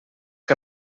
que